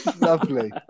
Lovely